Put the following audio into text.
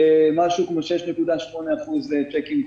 למשהו כמו 6.8% לצ'קים חוזרים.